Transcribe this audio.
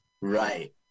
Right